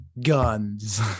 Guns